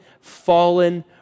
fallen